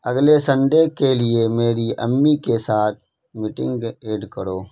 اگلے سنڈے کے لیے میری امی کے ساتھ میٹنگ ایڈ کرو